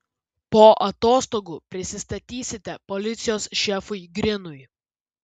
po atostogų prisistatysite policijos šefui grinui